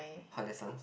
her lessons